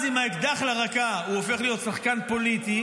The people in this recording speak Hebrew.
אז עם האקדח לרקה הוא הופך להיות שחקן פוליטי,